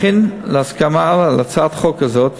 על הסכמה על הצעת החוק הזאת,